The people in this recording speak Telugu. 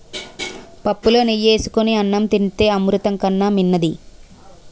పుప్పులో నెయ్యి ఏసుకొని అన్నం తింతే అమృతం కన్నా మిన్నది